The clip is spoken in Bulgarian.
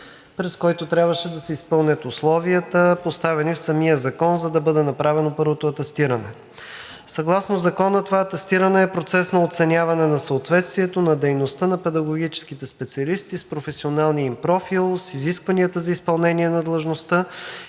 през който трябваше да се изпълнят условията, поставени в самия закон, за да бъде направено първото атестиране. Съгласно Закона това атестиране е процес на оценяване на съответствието на дейността на педагогическите специалисти с професионалния им профил, с изискванията за изпълнение на длъжността